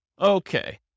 Okay